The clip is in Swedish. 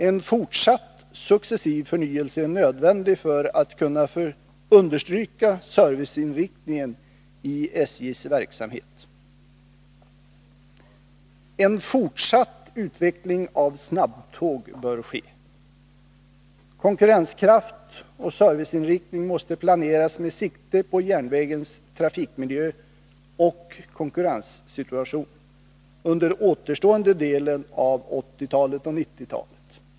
En fortsatt successiv förnyelse är nödvändig för att kunna understryka serviceinriktningen i SJ:s verksamhet. En fortsatt utveckling av snabbtåg bör ske. Konkurrenskraft och serviceinriktning måste planeras med sikte på järnvägens trafikmiljö och konkurrenssituation under återstående delen av 1980-talet och 1990-talet.